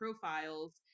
profiles